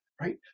Right